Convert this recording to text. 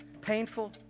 painful